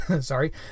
sorry